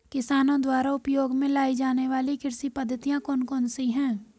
किसानों द्वारा उपयोग में लाई जाने वाली कृषि पद्धतियाँ कौन कौन सी हैं?